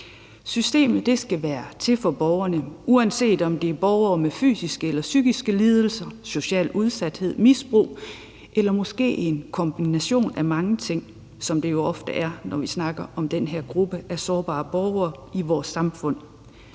Systemet skal være til for borgerne, uanset om det er borgere med fysiske eller psykiske lidelser, social udsathed, misbrug eller måske en kombination af mange ting, som det jo ofte er, når vi snakker om den her gruppe af sårbare borgere i vores samfund.